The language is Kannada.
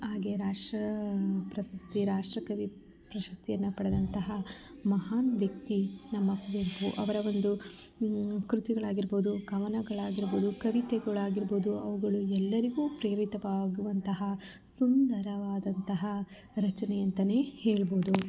ಹಾಗೆ ರಾಷ್ಟ್ರ ಪ್ರಶಸ್ತಿ ರಾಷ್ಟ್ರಕವಿ ಪ್ರಶಸ್ತಿಯನ್ನು ಪಡೆದಂತಹ ಮಹಾನ್ ವ್ಯಕ್ತಿ ನಮ್ಮ ಕುವೆಂಪು ಅವರ ಒಂದು ಕೃತಿಗಳಾಗಿರ್ಬೋದು ಕವನಗಳಾಗಿರ್ಬೋದು ಕವಿತೆಗಳಾಗಿರ್ಬೋದು ಅವುಗಳು ಎಲ್ಲರಿಗೂ ಪ್ರೇರಿತವಾಗುವಂತಹ ಸುಂದರವಾದಂತಹ ರಚನೆ ಅಂತಲೇ ಹೇಳ್ಬೋದು